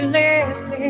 lifted